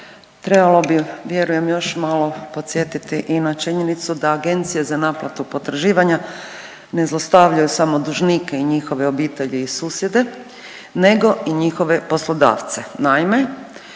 trebalo bi vjerujem još malo podsjetiti i na činjenicu da agencije za naplatu potraživanja ne zlostavljaju samo dužnike i njihove obitelji i susjede nego i njihove poslodavce.